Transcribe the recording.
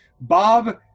bob